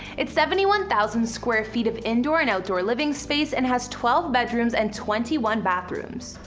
it's seventy one thousand square feet of indoor and outdoor living space and has twelve bedrooms and twenty one bathrooms.